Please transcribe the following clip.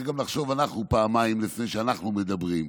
אנחנו גם צריכים לחשוב פעמיים לפני שאנחנו מדברים.